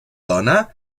dona